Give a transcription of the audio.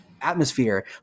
atmosphere